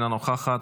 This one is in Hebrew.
אינה נוכחת,